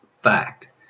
fact